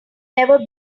never